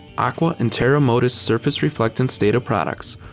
aqua and terra modis surface reflectance data products,